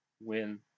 win